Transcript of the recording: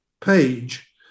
page